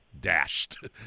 dashed